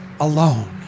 alone